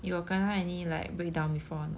you got kena like any breakdown before or not